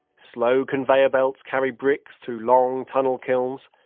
slow conveyor belts carry bricks through long tunnel kilns.